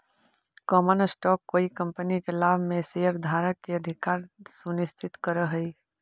common stock कोई company के लाभ में शेयरधारक के अधिकार सुनिश्चित करऽ हई